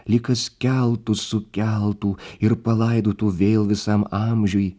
lyg kas keltų sukeltų ir palaidotų vėl visam amžiui